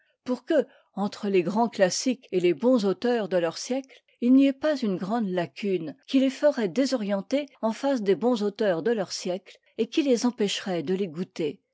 pour que entre les grands classiques et les bons auteurs de leur siècle il n'y ait pas une grande lacune qui les ferait désorientés en face des bons auteurs de leur siècle et qui les empêcherait de les goûter